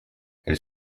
elles